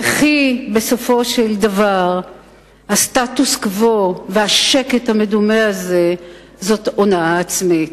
וכי בסופו של דבר הסטטוס-קוו והשקט המדומה הזה הם הונאה עצמית.